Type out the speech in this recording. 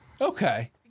Okay